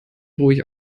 ruhig